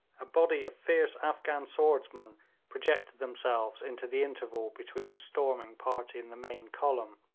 a body of fierce afghan swordsmen projected themselves into the interval between the storming party and the main column.